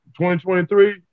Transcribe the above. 2023